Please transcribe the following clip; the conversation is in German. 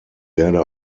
werde